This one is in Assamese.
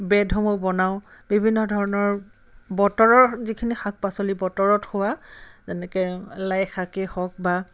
বেদসমূহ বনাওঁ বিভিন্ন ধৰণৰ বতৰৰ যিখিনি শাক পাচলি বতৰত হোৱা যেনেকৈ লাইশাকেই হওক বা